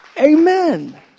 Amen